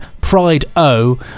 Pride-O